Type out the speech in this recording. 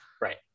right